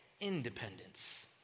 independence